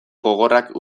gogorrak